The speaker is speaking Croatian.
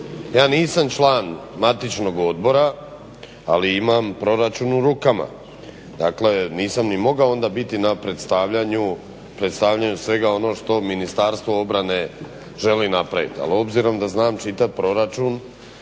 ja nisam član matičnog odbora ali imam proračun u rukama, dakle nisam ni mogao biti na predstavljanju svega onoga što Ministarstvo obrane želi napraviti. Ali obzirom da znam čitati proračun